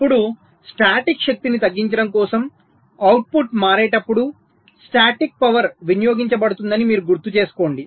ఇప్పుడు స్టాటిక్ శక్తిని తగ్గించడం కోసం అవుట్పుట్ మారేటప్పుడు స్టాటిక్ పవర్ వినియోగించబడుతుందని మీరు గుర్తుచేసుకొండి